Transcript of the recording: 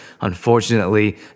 Unfortunately